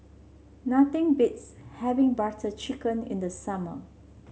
nothing beats having Butter Chicken in the summer